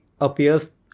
appears